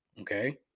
Okay